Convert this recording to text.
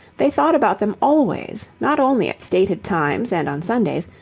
they thought about them always, not only at stated times and on sundays,